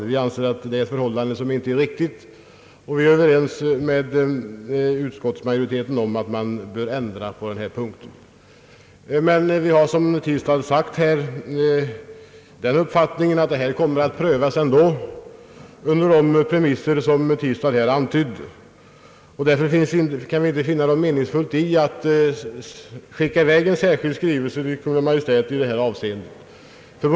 Vi är överens med utskottsmajoriteten om att man bör ändra på denna punkt, Men vi har som herr Tistad sagt den uppfattningen att frågan kommer att prövas ändå under de premisser som herr Tistad här antydde. Därför kan vi inte finna något meningsfullt i att skicka i väg en särskild skrivelse till Kungl. Maj:t i denna fråga.